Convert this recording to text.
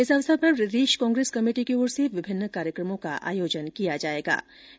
इस अवसर पर प्रदेश कांग्रेस कमेटी की ओर से विभिन्न कार्यक्रमों का आयोजन किया जा रहा है